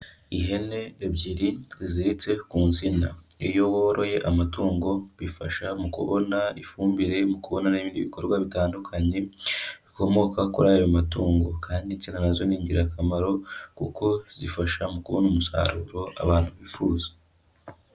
Ihene ebyiri ziziritse ku nsina, iyo woroye amatungo bifasha mu kubona ifumbire mu ku kubona n'ibindi bikorwa bitandukanye bikomoka kuri ayo matungo, kandi insina nazo ni ingirakamaro kuko zifasha mu kubona umusaruro abantu bifuza.